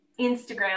Instagram